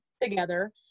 together